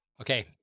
Okay